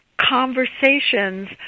conversations